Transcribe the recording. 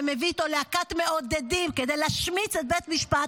ומביא איתו להקת מעודדים כדי להשמיץ את בית משפט,